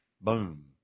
Boom